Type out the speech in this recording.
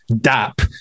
DAP